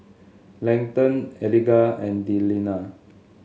Leighton Eliga and Delina